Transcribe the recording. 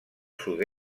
sud